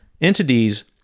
entities